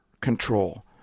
control